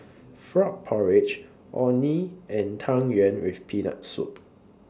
Frog Porridge Orh Nee and Tang Yuen with Peanut Soup